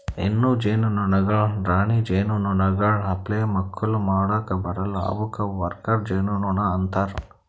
ಹೆಣ್ಣು ಜೇನುನೊಣಗೊಳ್ ರಾಣಿ ಜೇನುನೊಣಗೊಳ್ ಅಪ್ಲೆ ಮಕ್ಕುಲ್ ಮಾಡುಕ್ ಬರಲ್ಲಾ ಅವುಕ್ ವರ್ಕರ್ ಜೇನುನೊಣ ಅಂತಾರ